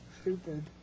Stupid